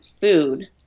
food